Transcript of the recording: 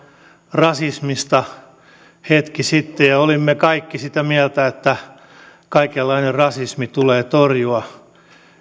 rasismista hetki sitten ja olimme kaikki sitä mieltä että kaikenlainen rasismi tulee torjua